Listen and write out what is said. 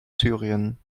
syrien